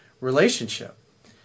relationship